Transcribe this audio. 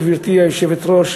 גברתי היושבת-ראש,